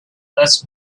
less